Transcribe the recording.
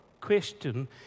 question